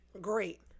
great